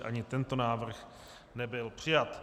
Ani tento návrh nebyl přijat.